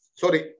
sorry